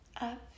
up